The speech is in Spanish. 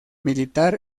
militar